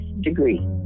degree